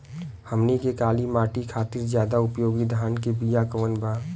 हमनी के काली माटी खातिर ज्यादा उपयोगी धान के बिया कवन बा?